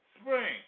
spring